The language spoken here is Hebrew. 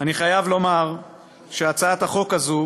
אני חייב לומר שמהצעת החוק הזאת